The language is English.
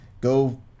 go